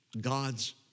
God's